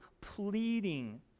pleading